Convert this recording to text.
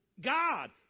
God